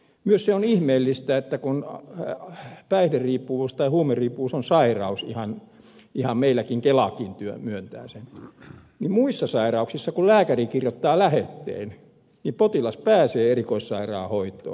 myös se on ihmeellistä että kun päihderiippuvuus tai huumeriippuvuus on sairaus ihan meillä kelakin myöntää sen muissa sairauksissa kun lääkäri kirjoittaa lähetteen niin potilas pääsee erikoissairaanhoitoon